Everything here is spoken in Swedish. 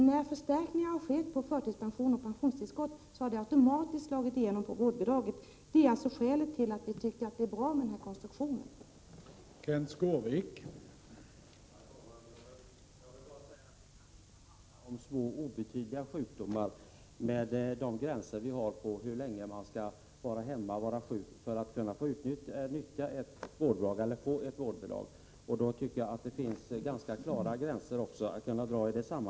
När förstärkningar har skett av förtidspension och pensionstillskott, har det automatiskt slagit igenom på vårdbidraget, och det är skälet till att vi har tyckt att den nuvarande konstruktionen är bra.